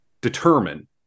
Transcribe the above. determine